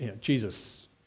Jesus